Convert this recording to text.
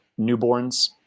newborns